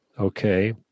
Okay